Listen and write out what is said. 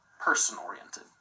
person-oriented